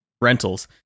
rentals